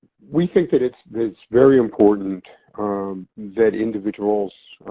we think that it's that it's very important um that individuals,